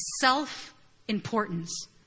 self-importance